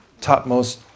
topmost